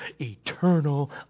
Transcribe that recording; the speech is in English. eternal